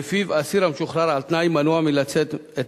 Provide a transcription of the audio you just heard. ולפיו אסיר המשוחרר על תנאי מנוע מלצאת את